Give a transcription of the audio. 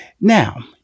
Now